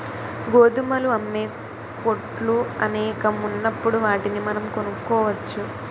గోధుమలు అమ్మే కొట్లు అనేకం ఉన్నప్పుడు వాటిని మనం కొనుక్కోవచ్చు